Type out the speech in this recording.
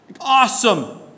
Awesome